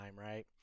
right